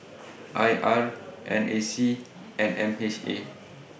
I R N A C and M H A